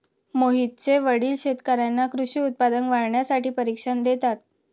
मोहितचे वडील शेतकर्यांना कृषी उत्पादन वाढवण्यासाठी प्रशिक्षण देतात